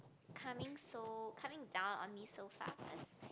coming so coming down on me so fast